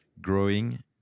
growing